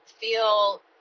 feel